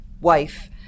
wife